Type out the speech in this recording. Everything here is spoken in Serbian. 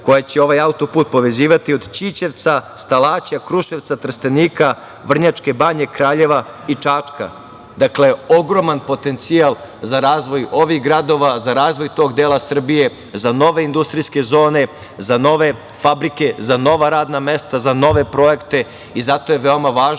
koja će ovaj autoput povezivati, od Ćićevca, Stalaća, Kruševca, Trstenika, Vrnjačke Banje, Kraljeva i Čačka. Dakle, ogroman potencijal za razvoj ovih gradova, za razvoj tog dela Srbije, za nove industrijske zone, za nove fabrike, za nova radna mesta, za nove projekte. Zato je veoma važno